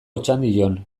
otxandion